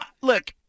Look